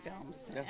films